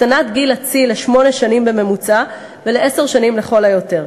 הקטנת גיל הצי לשמונה שנים בממוצע ולעשר שנים לכל היותר.